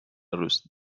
روز